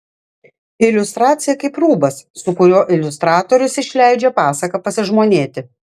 iliustracija kaip rūbas su kuriuo iliustratorius išleidžia pasaką pasižmonėti